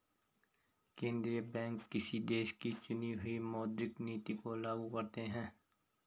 केंद्रीय बैंक किसी देश की चुनी हुई मौद्रिक नीति को लागू करते हैं